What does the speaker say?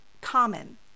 common